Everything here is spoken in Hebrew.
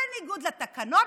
בניגוד לתקנון,